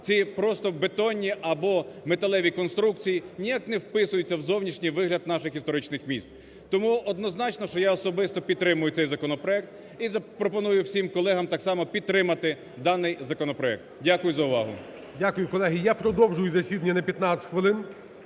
це просто бетонні або металеві конструкції, ніяк не вписуються в зовнішній вигляд наших історичних міст. Тому однозначно, що я особисто підтримую цей законопроект і пропоную всім колегам так само підтримати даний законопроект. Дякую за увагу. Веде засідання Голова